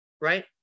right